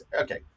okay